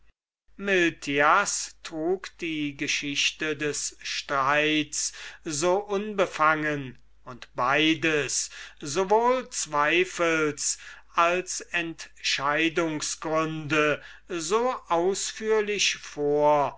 trug die geschichte des streits so unbefangen und beides sowohl zweifels als entscheidungsgründe so ausführlich vor